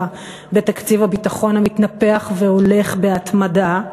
בתקציב הביטחון המתנפח והולך בהתמדה,